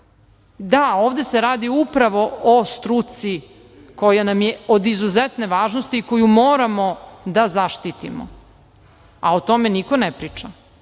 ovde se radi upravo o struci koja nam je od izuzetne važnosti, koju moramo da zaštitimo, a o tome niko ne priča